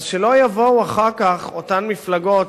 אז שלא יבואו אחר כך אותן מפלגות